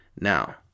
Now